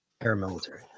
Paramilitary